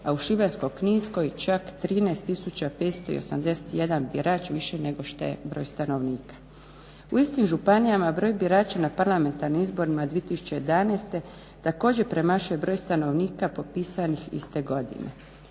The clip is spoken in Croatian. a u Šibensko-kninskoj čak 13 581 birač više nego što je broj stanovnika. U istim županijama broj birača na parlamentarnim izborima 2011. također premašuje broj stanovnika popisanih iste godine.